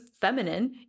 feminine